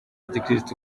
gikirisitu